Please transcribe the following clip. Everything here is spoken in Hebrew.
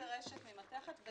רשת ממתכת.